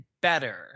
better